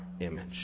image